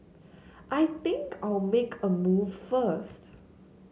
I think I'll make a move first